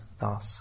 thus